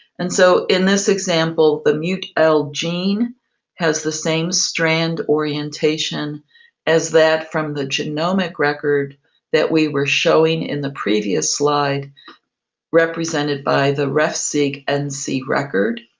and so in this example the mutl gene has the same strand orientation as that from the genomic record that we were showing in the previous slide represented by the refseg and nc record,